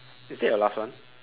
is that your last one